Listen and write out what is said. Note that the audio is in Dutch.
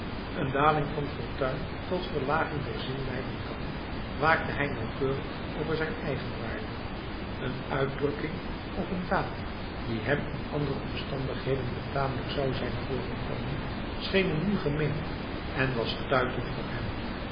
een daling van fortuin tot verlaging der ziel leiden kan waakte hij nauwkeurig over zijn eigenwaarde een uitdrukking of een daad die hem in andere omstandigheden betamelijk zou zijn voorgekomen scheen hem nu gemeen en was stuitend voor hem